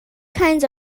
kinds